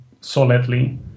solidly